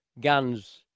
Guns